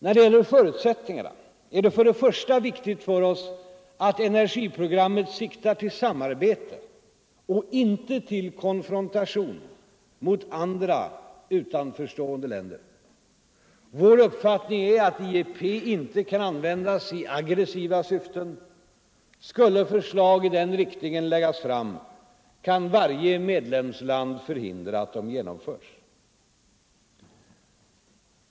När det gäller förutsättningarna är det för det första viktigt för oss att energiprogrammet siktar till samarbete och inte till konfrontation med andra, utanförstående länder. Vår uppfattning är att IEP inte kan användas i aggressiva syften. Skulle förslag i den riktningen läggas fram, kan varje medlemsland förhindra att de genomförs.